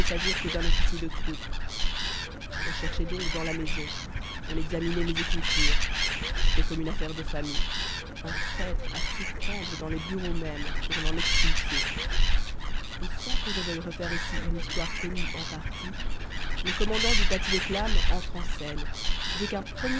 s'agir que d'un officier de troupe on cherchait donc dans la maison on examinait les écritures c'était comme une affaire de famille un traître à surprendre dans les bureaux mêmes pour l'en expulser et sans que je veuille refaire ici une histoire connue en partie le commandant du paty de clam entre en scène dès qu'un